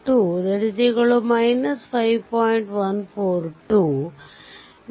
2852 5